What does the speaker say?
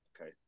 Okay